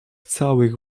całych